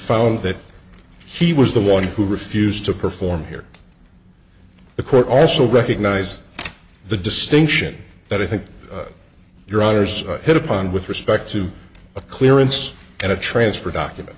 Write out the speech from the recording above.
found that he was the one who refused to perform here the court also recognized the distinction that i think your honour's hit upon with respect to a clearance and a transfer document